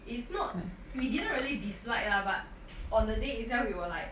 is not we didn't really dislike lah but on the day itself we were like